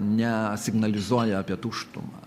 nesignalizuoja apie tuštumą